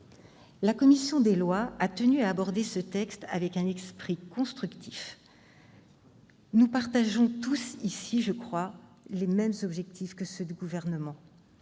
La commission des lois a tenu à aborder ce texte dans un esprit constructif. Nous partageons tous les mêmes objectifs que le Gouvernement.